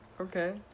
Okay